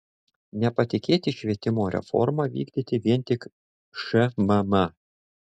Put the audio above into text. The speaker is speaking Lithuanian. nepatikėti švietimo reformą vykdyti vien tik šmm